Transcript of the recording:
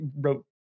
wrote